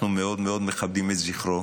אנחנו מאוד מאוד מכבדים את זכרו.